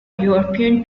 european